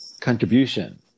contribution